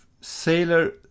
Sailor